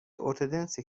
ارتدنسی